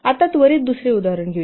आता त्वरीत दुसरे उदाहरण घेऊ